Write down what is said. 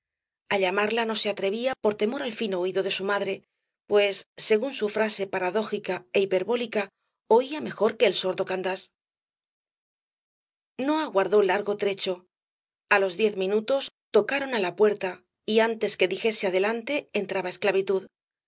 llamarla no se atrevía por temor al fino oído de su madre pues según su frase paradójica é hiperbólica oía mejor que el sordo candás no aguardó largo trecho a los diez minutos tocaron á la puerta y antes que dijese adelante entraba esclavitud